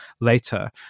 later